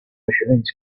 machines